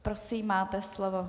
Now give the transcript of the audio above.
Prosím, máte slovo.